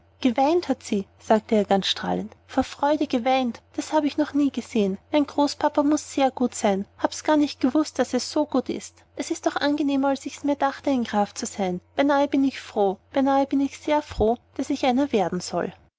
geweint hat sie sagte er ganz strahlend vor freude geweint das hab ich noch nie gesehen mein großpapa muß sehr gut sein hab's gar nicht gewußt daß er so gut ist es ist doch angenehmer als ich mir's dachte ein graf zu sein beinahe bin ich froh beinahe bin ich sehr froh daß ich einer werden soll